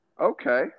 Okay